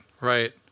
right